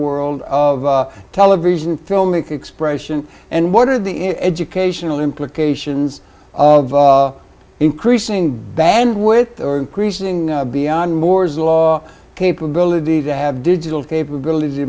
world of television film expression and what are the educational implications of increasing bandwidth there are increasing beyond moore's law capability to have digital capability